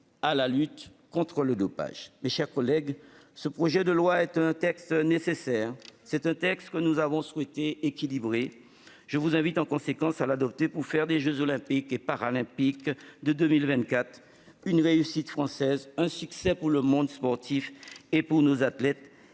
à la lutte contre le dopage. Mes chers collègues, ce projet de loi est un texte nécessaire ; nous avons aussi souhaité en faire un texte équilibré. Je vous invite à l'adopter pour faire des jeux Olympiques et Paralympiques de 2024 une réussite française, un succès pour le monde sportif et pour nos athlètes,